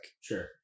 Sure